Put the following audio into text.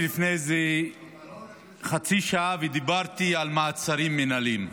עליתי לפני איזה חצי שעה ודיברתי על מעצרים מינהליים.